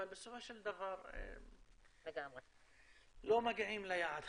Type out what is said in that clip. אבל בסופו של דבר לא מגיעים ליעד.